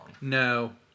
No